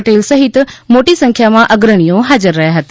પટેલ સહિત મોટી સંખ્યામાં અગ્રણીઓ હાજર રહ્યા હતા